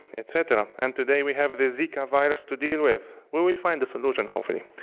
et cetera and today, we have the zika virus to deal with. we will find a solution hopefully,